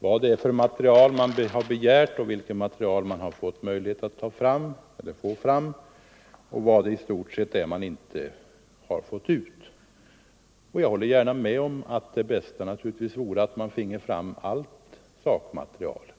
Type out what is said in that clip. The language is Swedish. vad det gäller för material man begärt, vilket material man kunnat få del av och vad det i stort sett är man inte fått ut. Jag håller gärna med om att det bästa vore om man finge fram allt sakmaterial.